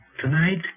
Tonight